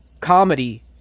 comedy